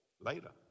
later